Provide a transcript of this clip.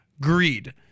greed